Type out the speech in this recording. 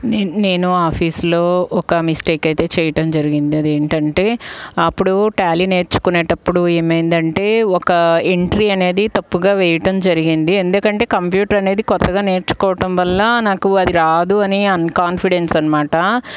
నేన్ నేను ఆఫీస్లో ఒక మిస్టేక్ అయితే చేయటం జరిగింది అది ఏంటంటే అప్పుడు టాలీ నేర్చుకునేటప్పుడు ఏమైంది అంటే ఒక ఎంట్రీ అనేది తప్పుగా వేయటం జరిగింది ఎందుకంటే కంప్యూటర్ అనేది కొత్తగా నేర్చుకోవటం వల్ల నాకు అది రాదు అని అన్కాన్ఫిడెన్స్ అన్నమాట